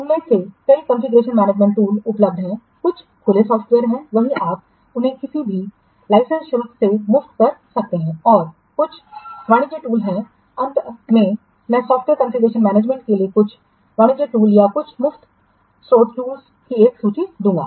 उनमें से कई कॉन्फ़िगरेशनमैनेजमेंट टूंलस उपलब्ध हैं कुछ खुले सॉफ़्टवेयर हैं वहीं आप उन्हें किसी भी लाइसेंस शुल्क से मुक्त कर सकते हैं और अन्य वाणिज्यिक टूंलस हैं अंत में मैं सॉफ्टवेयर कॉन्फ़िगरेशनमैनेजमेंट के लिए कुछ वाणिज्यिक टूल या कुछ मुक्त स्रोत टूंलस की एक सूची दूंगा